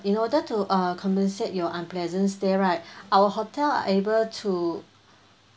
in order to uh compensate your unpleasant stay right our hotel are able to